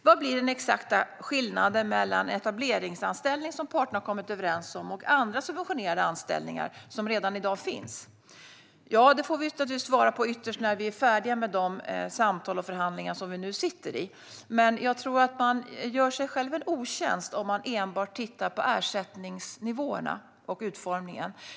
Vad blir den exakta skillnaden mellan etableringsanställning, som parterna har kommit överens om, och andra subventionerade anställningar som redan finns i dag, undrade Désirée Pethrus. Det får vi ytterst svara på när vi är färdiga med de samtal och förhandlingar som vi sitter i nu. Jag tror att man gör sig själv en otjänst om man enbart tittar på ersättningsnivåerna och utformningen.